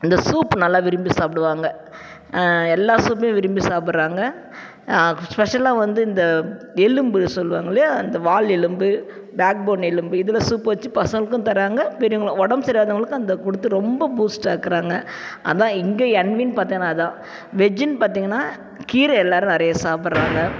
அந்த சூப் நல்லா விரும்பி சாப்பிடுவாங்க எல்லா சூப்புமே விரும்பி சாப்பிட்றாங்க ஸ்பெஷலாக வந்து இந்த எலும்பு சொல்லுவாங்க இல்லையா அந்த வால் எலும்பு பேக் போன் எலும்பு இதில் சூப் வச்சு பசங்களுக்கும் தராங்க பெரியவர்களும் உடம்பு சரி இல்லாதவங்களுக்கு அந்த கொடுத்து ரொம்ப பூஸ்ட்டாக்குகிறாங்க அதுதான் இங்கே என்வின்னு பார்த்தேனா அதுதான் வெஜ்ஜுனு பார்த்தீங்கன்னா கீரை எல்லோரும் நிறையா சாப்பிட்றாங்க